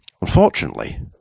Unfortunately